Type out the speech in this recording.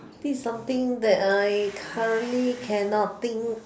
this is something that I currently cannot think